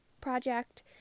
project